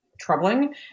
troubling